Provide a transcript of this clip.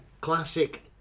Classic